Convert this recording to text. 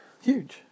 Huge